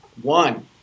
One